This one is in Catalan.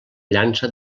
llança